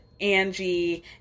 Angie